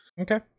Okay